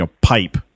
pipe